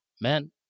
man